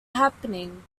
happening